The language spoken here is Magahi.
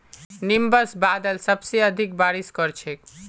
निंबस बादल सबसे अधिक बारिश कर छेक